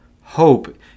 hope